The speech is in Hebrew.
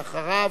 ואחריו,